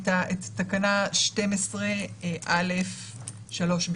את תקנה 12 (א)(3ב).